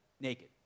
naked